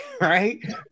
right